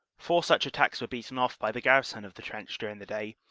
four such attacks were beaten off by the gar rison of the trench during the day,